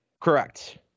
Correct